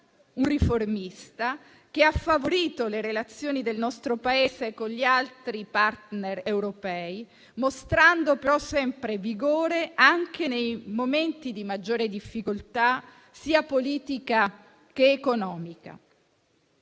un riformista, che ha favorito le relazioni del nostro Paese con gli altri *partner* europei, mostrando però sempre vigore anche nei momenti di maggiore difficoltà, sia politica che economica.